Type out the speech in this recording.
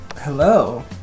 Hello